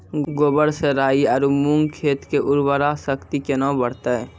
गोबर से राई आरु मूंग खेत के उर्वरा शक्ति केना बढते?